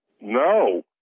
No